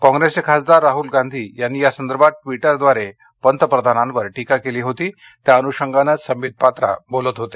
काँग्रेस खासदार राहल गांधी यांनी यासंदर्भात ट्विटरद्वारे पंतप्रधानांवर टीका केली होती त्या अनुषंगानं संबित पात्रा बोलत होते